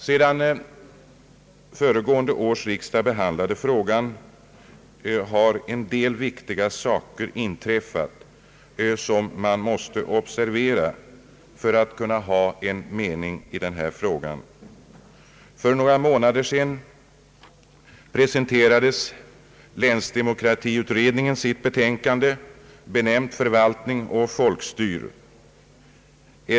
Sedan föregående års riksdag behandlade frågan har en del viktiga saker inträffat som man måste observera för att kunna ha en mening i denna fråga. För några månader sedan presenterade länsdemokratiutredningen sitt betänkande »Förvaltning och folkstyre».